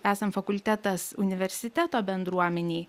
esam fakultetas universiteto bendruomenei